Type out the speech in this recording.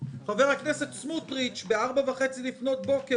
חבר הכנסת סמוטריץ' ב-4 לפנות בוקר